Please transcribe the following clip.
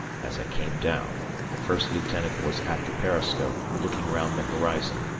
as i came down, the first lieutenant was at the periscope, looking round the horizon.